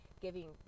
giving